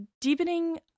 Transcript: deepening